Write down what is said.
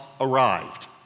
arrived